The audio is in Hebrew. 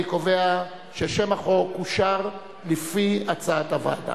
אני קובע ששם החוק אושר לפי הצעת הוועדה.